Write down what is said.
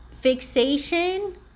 fixation